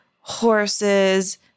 horses